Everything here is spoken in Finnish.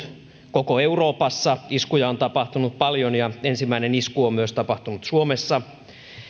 koko euroopassa iskuja on tapahtunut paljon ja ensimmäinen isku on myös tapahtunut suomessa